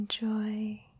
enjoy